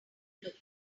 look